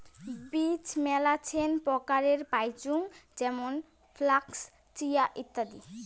বীজ মেলাছেন প্রকারের পাইচুঙ যেমন ফ্লাক্স, চিয়া, ইত্যাদি